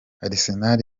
arsenal